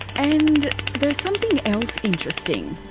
and there is something else interesting,